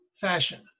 fashion